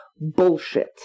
Bullshit